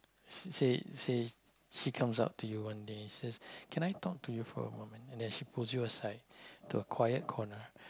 say say she comes up to you one day says can I talk to you for a moment and then she pulls you to a quiet corner